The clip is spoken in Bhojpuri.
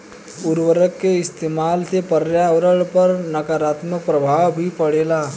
उर्वरक के इस्तमाल से पर्यावरण पर नकारात्मक प्रभाव भी पड़ेला